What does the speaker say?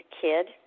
kid